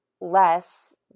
less